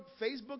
Facebook